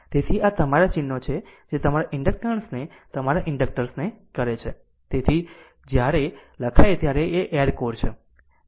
તેથી આ તમારા ચિહ્નો છે જે તમારા ઇન્ડક્ટર્સ ને તમારા ઇન્ડક્ટર્સ ને કરે છે તેથી તે જ્યારે લખાય ત્યારે તે એર કોર છે